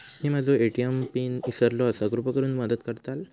मी माझो ATM pin इसरलो आसा कृपा करुन मदत करताल